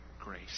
grace